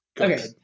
Okay